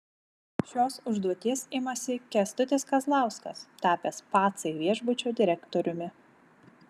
šios užduoties imasi kęstutis kazlauskas tapęs pacai viešbučio direktoriumi